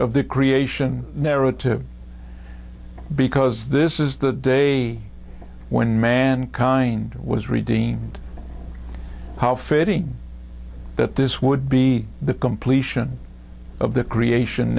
of the creation narrative because this is the day when mankind was redeemed how fitting that this would be the completion of the creation